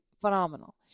phenomenal